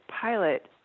pilot